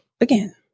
again